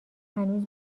هنوز